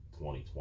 2020